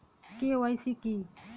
KYC কী?